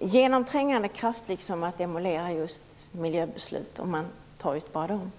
genomträngande kraft att demolera just miljöbeslut, om man nu håller sig till bara dem?